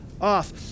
off